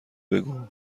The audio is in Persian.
بگو